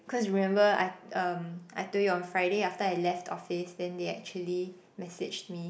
cause remember I um I told you on Friday after I left office then they actually messaged me